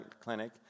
clinic